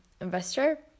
investor